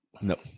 No